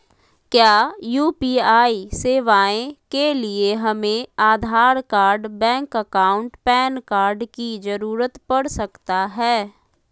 क्या यू.पी.आई सेवाएं के लिए हमें Aadhaar card bank account PAN card की जरूरत पड़ सकता है?